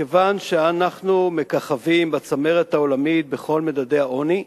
כיוון שאנחנו מככבים בצמרת העולמית בכל מדדי העוני.